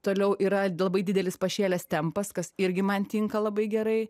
toliau yra labai didelis pašėlęs tempas kas irgi man tinka labai gerai